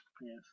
Yes